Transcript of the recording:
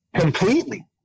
completely